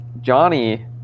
Johnny